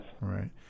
Right